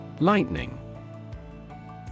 Lightning